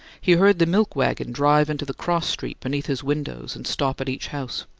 he heard the milk-wagon drive into the cross-street beneath his windows and stop at each house.